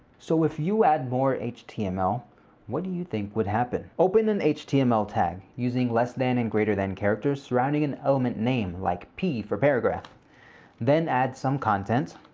so if you add more html, what do you think would happen? open an html tag using less-than and greater-than characters surrounding an element name, like p for paragraph then add some content,